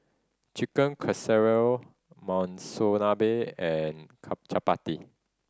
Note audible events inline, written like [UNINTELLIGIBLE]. Chicken Casserole Monsunabe and [UNINTELLIGIBLE] Chapati